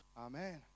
Amen